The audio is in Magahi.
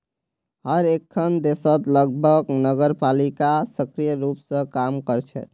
हर एकखन देशत लगभग नगरपालिका सक्रिय रूप स काम कर छेक